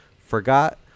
forgot